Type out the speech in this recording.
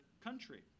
country